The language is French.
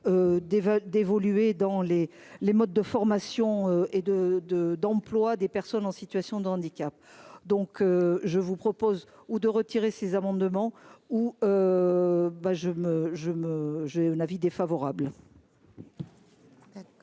d'évoluer dans les les modes de formation et de de d'emploi des personnes en situation d'handicap, donc je vous propose ou de retirer ces amendements ou ben je me je me j'ai un avis défavorable.